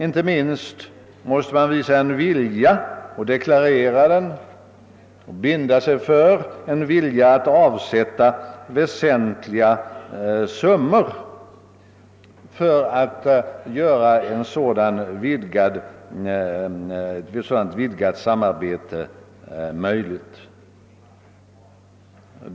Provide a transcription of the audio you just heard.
Inte minst måste man visa en vilja att avsätta väsentliga summor för att göra ett vidgat samarbete möjligt.